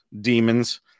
demons